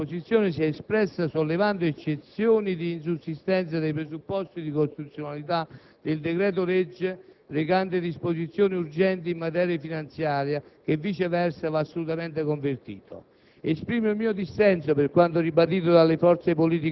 anche in queste circostanze, e a sproposito, l'opposizione si è espressa sollevando eccezioni di insussistenza dei presupposti di costituzionalità del decreto-legge recante disposizioni urgenti in materia finanziaria, che, viceversa, va assolutamente convertito.